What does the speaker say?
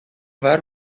آور